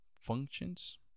functions